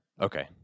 Okay